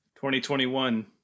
2021